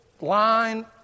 line